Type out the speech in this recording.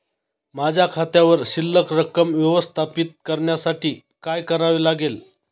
माझ्या खात्यावर शिल्लक रक्कम व्यवस्थापित करण्यासाठी काय करावे लागेल?